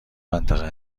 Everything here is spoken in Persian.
منطقه